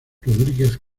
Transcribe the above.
rodríguez